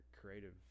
creative